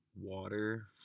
water